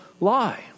lie